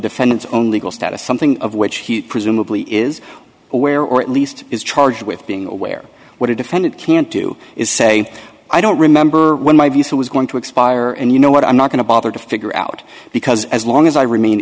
defendant's own legal status something of which he presumably is aware or at least is charged with being aware what a defendant can't do is say i don't remember when my visa was going to expire and you know what i'm not going to bother to figure out because as long as i remain